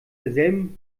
derselben